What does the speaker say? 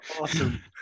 awesome